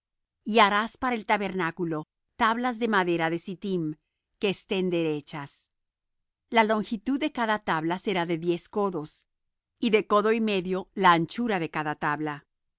y harás para el tabernáculo tablas de madera de sittim que estén derechas la longitud de cada tabla será de diez codos y de codo y medio la anchura de cada tabla